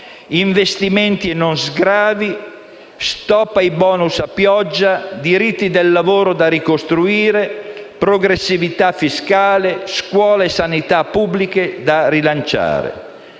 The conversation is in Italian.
investimenti e non sgravi; stop ai *bonus* a pioggia; diritti del lavoro da ricostruire; progressività fiscale, scuola e sanità pubbliche da rilanciare.